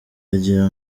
agira